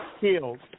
killed